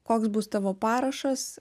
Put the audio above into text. koks bus tavo parašas